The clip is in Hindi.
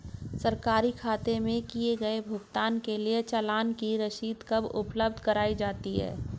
सरकारी खाते में किए गए भुगतान के लिए चालान की रसीद कब उपलब्ध कराईं जाती हैं?